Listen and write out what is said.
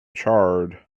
charred